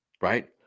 right